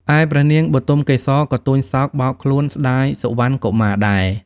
ឯព្រះនាងបុទមកេសរ ក៏ទួញសោកបោកខ្លួនស្តាយសុវណ្ណកុមារដែរ។